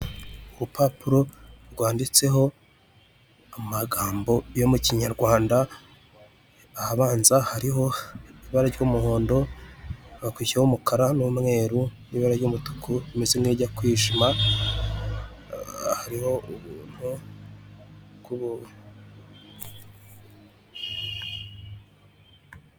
Urupapuro rwanditseho amagambo yo mu kinyarwanda ahabanza hariho ibara ry'umuhondo hakurikiraho umukara n'umweru n'i ibara ry'umutuku rimeze nkiriijya kwijima hariho umuntu.